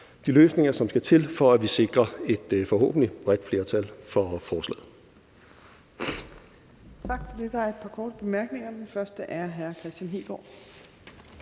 de løsninger, som skal til, for at vi sikrer et forhåbentlig bredt flertal for forslaget.